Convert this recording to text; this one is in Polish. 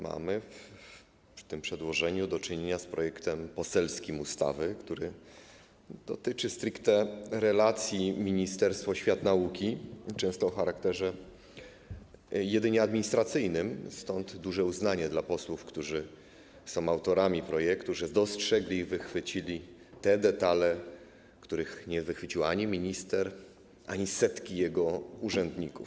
Mamy w tym przedłożeniu do czynienia z poselskim projektem ustawy, który dotyczy stricte relacji ministerstwo - świat nauki często o charakterze jedynie administracyjnym, stąd duże uznanie dla posłów, którzy są autorami projektu, że dostrzegli i wychwycili te detale, których nie wychwycił ani minister, ani setki jego urzędników.